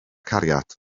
cariad